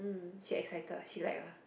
she excited ah she like ah